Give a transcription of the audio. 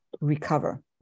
recover